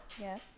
Yes